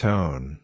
Tone